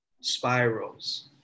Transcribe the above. spirals